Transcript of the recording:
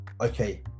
okay